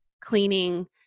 cleaning